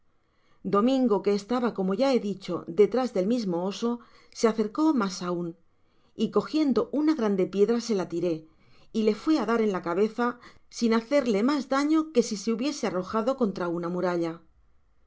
domingo que estaba como ya he dicho detrás del mismo oso se acercó mas aun y cogiendo una grande piedra se la tiró y le fue á dar en la cabeza sin hacerle mas daño que si se hubiese arrojado contra una muralla